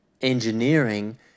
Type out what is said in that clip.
engineering